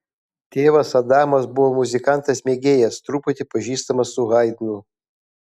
tėvas adamas buvo muzikantas mėgėjas truputį pažįstamas su haidnu